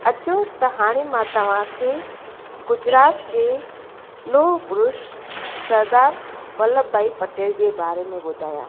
अचो त हाणे मां तव्हांखे गुजरात जे लोह पुरुष सरदार वल्लभ भाई पटेल जे बारे में ॿुधायां